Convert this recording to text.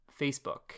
Facebook